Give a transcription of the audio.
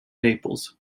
naples